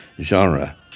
genre